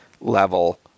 level